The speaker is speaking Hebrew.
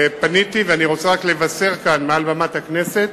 ופניתי, ואני רוצה רק לבשר כאן, מעל במת הכנסת,